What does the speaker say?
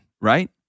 right